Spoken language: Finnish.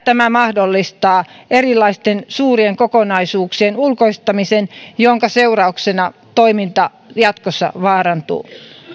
tämä mahdollistaa erilaisten suurien kokonaisuuksien ulkoistamisen jonka seurauksena toiminta jatkossa vaarantuu